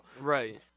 right